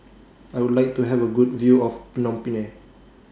I Would like to Have A Good View of Phnom Penh